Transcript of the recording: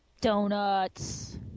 Donuts